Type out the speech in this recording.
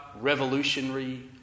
revolutionary